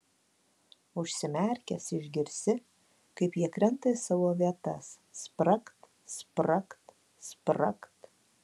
užsimerkęs išgirsi kaip jie krenta į savo vietas spragt spragt spragt